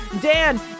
dan